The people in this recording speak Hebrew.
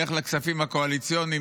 לך לכספים הקואליציוניים,